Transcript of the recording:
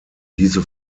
diese